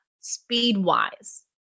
speed-wise